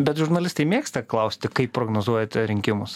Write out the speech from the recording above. bet žurnalistai mėgsta klausti kaip prognozuojate rinkimus